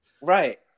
Right